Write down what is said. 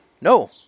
no